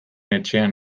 etxean